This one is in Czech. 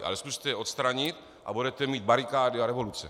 Ale zkuste je odstranit, a budete mít barikády a revoluce.